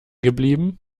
geblieben